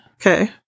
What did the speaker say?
Okay